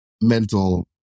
mental